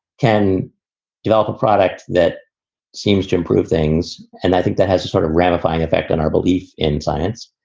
can develop a product that seems to improve things. and i think that has a sort of ramifying effect on our belief in science.